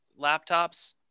laptops